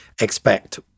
expect